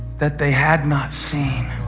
that they had not seen